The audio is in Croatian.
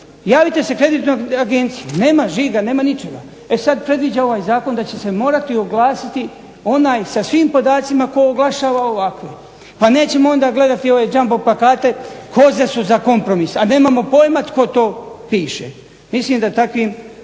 javite se kreditnoj agenciji. Nema žiga, nema ničega. E sad, predviđa ovaj zakon da će se morati oglasiti onaj sa svim podacima tko oglašava ovako pa nećemo onda gledati ove jumbo plakate – Koze su za kompromis, a nemamo pojma tko to piše. Mislim da takvima